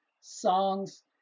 songs